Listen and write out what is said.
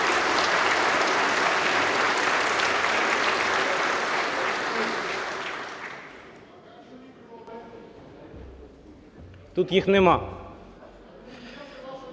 Тут їх нема.